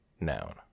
noun